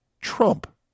Trump